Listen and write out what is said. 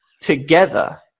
together